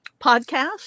podcast